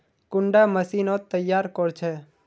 कुंडा मशीनोत तैयार कोर छै?